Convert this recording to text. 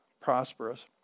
prosperous